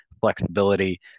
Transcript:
flexibility